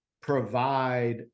provide